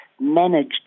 managed